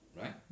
right